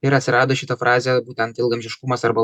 ir atsirado šita frazė būtent ilgaamžiškumas arba